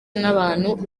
n’abantu